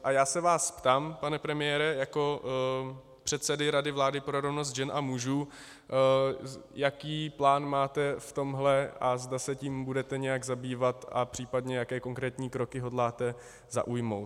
A já se vás ptám, pane premiére, jako předsedy vlády pro rovnost žen a mužů, jaký plán máte v tomhle a zda se tím budete nějak zabývat a případně jaké konkrétní kroky hodláte zaujmout.